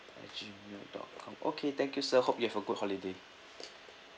at gmail dot com okay thank you sir hope you'll have a good holiday